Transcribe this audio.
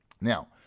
Now